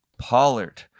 pollard